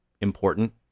important